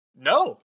no